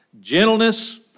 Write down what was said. gentleness